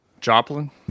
joplin